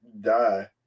die